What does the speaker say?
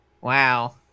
Wow